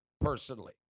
personally